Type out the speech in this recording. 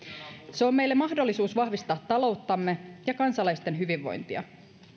se on meille mahdollisuus vahvistaa talouttamme ja kansalaisten hyvinvointia